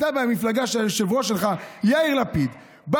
אתה מהמפלגה שהיושב-ראש שלך יאיר לפיד בא